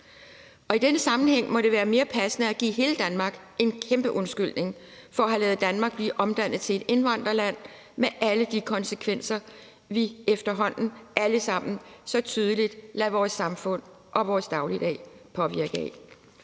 i denne sammenhæng må det være mere passende at give hele Danmark en kæmpe undskyldning for at have ladet Danmark blive omdannet til et indvandrerland med alle de konsekvenser, vi efterhånden alle sammen så tydeligt lader vores samfund og dagligdag påvirke af.